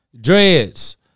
dreads